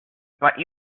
but